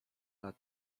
lat